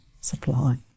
supply